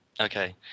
Okay